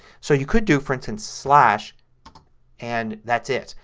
so you could do, for instance, slash and that's it.